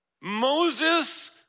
Moses